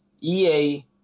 EA